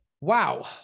Wow